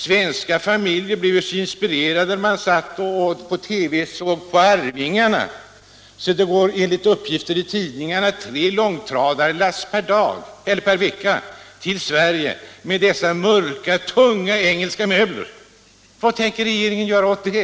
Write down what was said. Svenska familjer blev ju så inspirerade när de satt och såg på Arvingarna i TV att det enligt uppgifter i tidningarna nu går tre långtradarlass per vecka till Sverige med dessa mörka, tunga, engelska möbler. Vad tänker regeringen göra åt det?